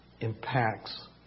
impacts